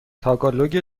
تاگالوگ